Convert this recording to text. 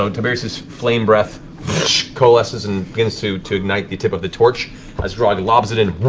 ah tiberius's flame breath coalesces and begins to to ignite the tip of the torch as grog lobs it in,